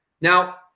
Now